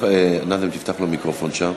נאזם, תפתח לו מיקרופון שם.